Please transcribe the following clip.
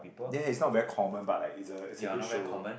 there it's not very common but like it's a it's a good show